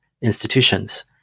institutions